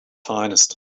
finest